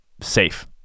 safe